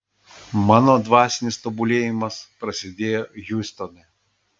mano dvasinis tobulėjimas prasidėjo hjustone